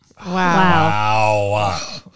Wow